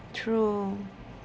true